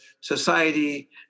society